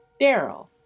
Daryl